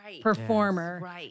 performer